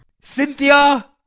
cynthia